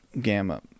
Gamma